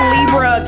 Libra